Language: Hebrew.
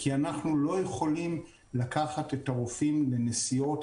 כי אנחנו לא יכולים לקחת את הרופאים לנסיעות